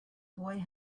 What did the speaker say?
boy